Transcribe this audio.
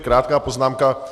Krátká poznámka.